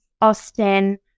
Austin